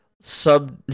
sub